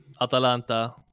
Atalanta